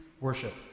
worship